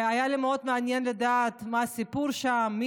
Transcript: היה לי מאוד מעניין לדעת מה הסיפור שם,